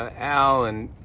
al and